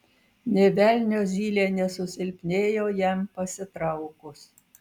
nė velnio zylė nesusilpnėjo jam pasitraukus